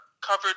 covered